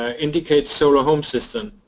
ah indicate solar home system,